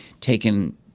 taken